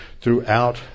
throughout